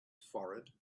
forehead